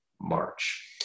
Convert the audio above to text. March